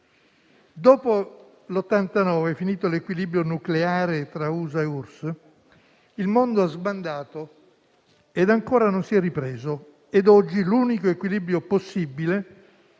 Dopo il 1989, finito l'equilibrio nucleare tra USA e URSS, il mondo ha sbandato ed ancora non si è ripreso, ed oggi l'unico equilibrio possibile